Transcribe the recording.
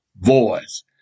voice